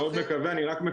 האם הוא יהיה ילד משולב,